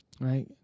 right